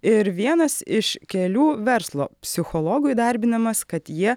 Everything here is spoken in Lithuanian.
ir vienas iš kelių verslo psichologų įdarbinimas kad jie